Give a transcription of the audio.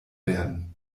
werden